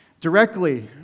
directly